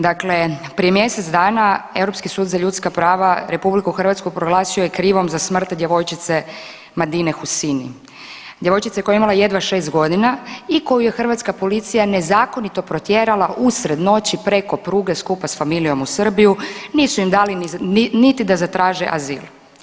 Dakle prije mjesec dana Europski sud za ljudska prava RH proglasio je krivom za smrt djevojčice Madine Hussiny, djevojčice koja je imala jedva 6.g. i koju je hrvatska policija nezakonito protjerala usred noći preko pruge skupa s familijom u Srbiju, nisu im dali niti da zatraže azil.